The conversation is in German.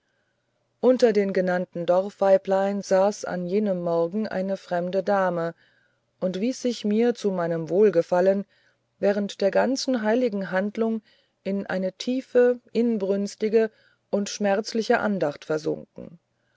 unter den genannten dorfweiblein saß an jenem morgen eine fremde dame und wies sich mir zu meinem wohlgefallen während der ganzen heiligen handlung in eine tiefe inbrünstige und schmerzliche andacht versunken